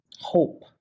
hope